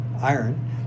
iron